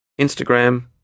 Instagram